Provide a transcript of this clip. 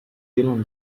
dylan